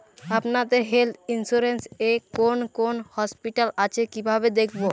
আপনাদের health insurance এ কোন কোন হসপিটাল আছে কিভাবে দেখবো?